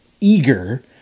eager